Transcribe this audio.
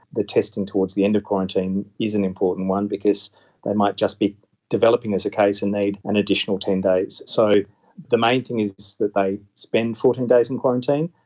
the testing towards the end of quarantine is an important one because they might just be developing as a case and need an additional ten days. so the main thing is that they spend fourteen days in quarantine,